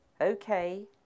Okay